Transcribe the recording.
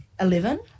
Eleven